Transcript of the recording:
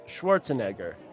Schwarzenegger